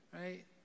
right